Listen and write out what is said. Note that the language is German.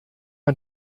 man